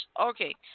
Okay